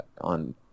on